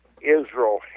Israel